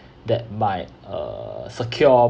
that might uh secure